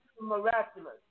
miraculous